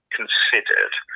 considered